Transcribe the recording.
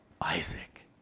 Isaac